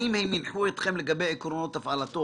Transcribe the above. האם הם הנחו אתכם לגבי עקרונות הפעלתו